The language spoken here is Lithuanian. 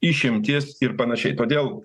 išimtis ir panašiai todėl